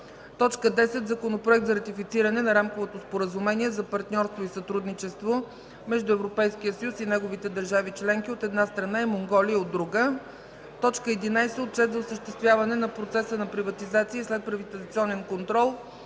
10. Законопроект за ратифициране на Рамковото споразумение за партньорство и сътрудничество между Европейския съюз и неговите държави членки, от една страна, и Монголия, от друга страна. 11. Отчет за осъществяване на процеса на приватизация и следприватизационен контрол